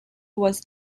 was